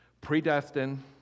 predestined